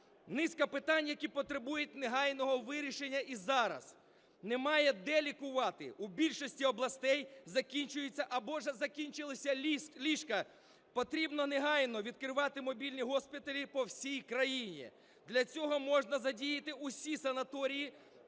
Низка питань, які потребують негайного вирішення і зараз. Немає де лікувати, у більшості областей закінчується або вже закінчилися ліжка. Потрібно негайно відкривати мобільні госпіталі по всій країні. Для цього можна задіяти усі санаторії